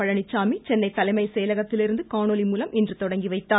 பழனிச்சாமி சென்னை தலைமை செயலகத்திலிருந்து காணொலிமூலம் இன்று தொடங்கிவைத்தார்